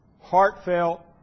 heartfelt